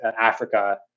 Africa